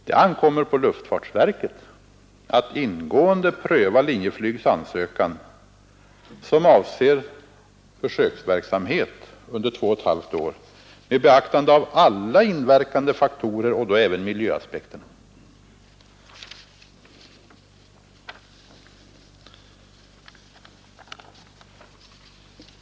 Det ankommer på luftfartsverket att ingående pröva Linjeflygs ansökan som avser försöksverksamhet under två och ett halvt år, med beaktande av alla inverkande faktorer och då även miljöaspekterna.